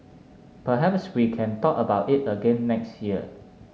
perhaps we can talk about it again next year